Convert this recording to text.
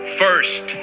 first